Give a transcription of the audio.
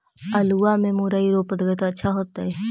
आलुआ में मुरई रोप देबई त अच्छा होतई?